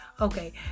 Okay